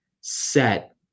set